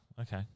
Okay